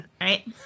Right